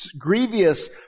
grievous